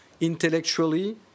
intellectually